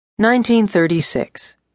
1936